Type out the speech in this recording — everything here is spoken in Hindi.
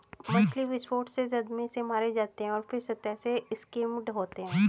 मछली विस्फोट से सदमे से मारे जाते हैं और फिर सतह से स्किम्ड होते हैं